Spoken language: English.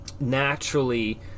naturally